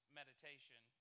meditation